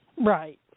Right